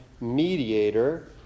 mediator